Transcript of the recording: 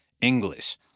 English